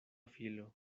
filo